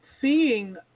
seeing